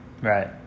Right